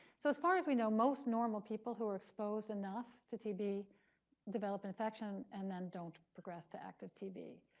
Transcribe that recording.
so as far as we know, most normal people who are exposed enough to tb develop an infection, and then don't progress to active tb.